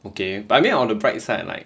okay but I mean on the bright side like